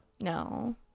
No